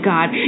God